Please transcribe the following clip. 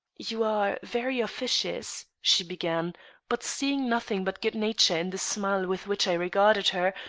you are very officious, she began, but, seeing nothing but good nature in the smile with which i regarded her,